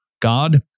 God